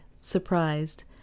surprised